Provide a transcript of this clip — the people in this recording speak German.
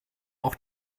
auch